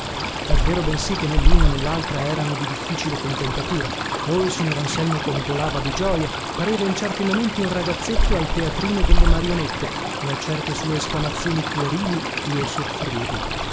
è vero bensì che né luno né laltra erano di difficile contentatura oh il signor anselmo gongolava di gioja pareva in certi momenti un ragazzetto al teatrino delle marionette e a certe sue esclamazioni puerili io soffrivo